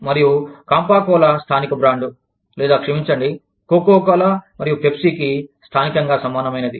మరియు కాంపా కోలా స్థానిక బ్రాండ్ లేదా క్షమించండి కోకాకోలా మరియు పెప్సికి స్థానికంగా సమానమైనది